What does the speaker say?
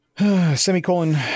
Semicolon